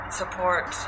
support